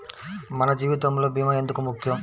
మన జీవితములో భీమా ఎందుకు ముఖ్యం?